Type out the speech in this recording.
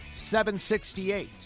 768